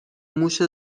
موش